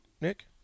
Nick